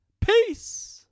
Peace